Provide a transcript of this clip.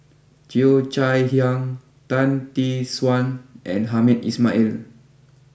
Cheo Chai Hiang Tan Tee Suan and Hamed Ismail